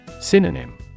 Synonym